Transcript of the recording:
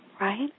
Right